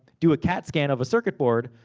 do a cat scan of a circuit board,